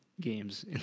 games